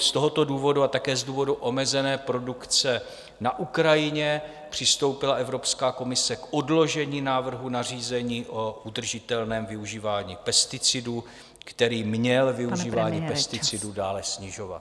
Z tohoto důvodu a také z důvodu omezené produkce na Ukrajině přistoupila Evropská komise k odložení návrhu na řízení o udržitelném využívání pesticidů, který měl využívání pesticidů dále snižovat.